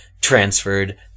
transferred